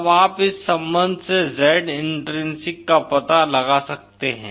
तब आप इस संबंध से Z इन्ट्रिंसिक का पता लगा सकते हैं